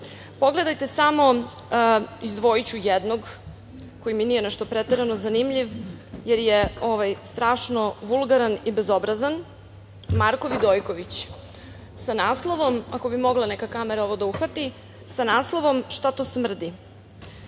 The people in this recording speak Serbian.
argumenata. Pogledajte samo, izdvojiću jednog koji mi nije nešto preterano zanimljiv jer je strašno vulgaran i bezobrazan, Marko Vidojković, sa naslovom, ako bi mogla neka kamera ovo da uhvati „Šta to smrdi?“.